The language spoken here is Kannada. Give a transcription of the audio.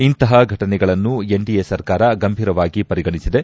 ಇಂತಹ ಫಟನೆಗಳನ್ನು ಎನ್ಡಿಎ ಸರ್ಕಾರ ಗಂಭೀರವಾಗಿ ಪರಿಗಣಿಸಿದೆ